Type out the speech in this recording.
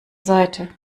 seite